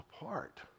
apart